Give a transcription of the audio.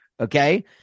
Okay